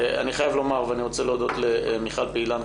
אני רוצה להודות למיכל פעילן,